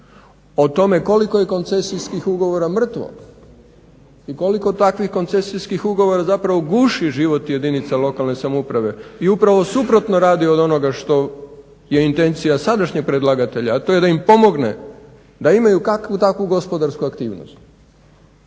O tome koliko je koncesijskih ugovora mrtvo i koliko takvih koncesijskih ugovora zapravo guši život jedinica lokalne samouprave i upravo suprotno radi od onoga što je intencija sadašnjeg predlagatelja, a to je da im pomogne da imaju kakvu takvu gospodarsku aktivnost.